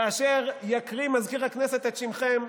כאשר יקריא מזכיר הכנסת את שמכם,